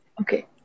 Okay